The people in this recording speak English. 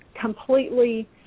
completely